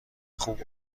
خوب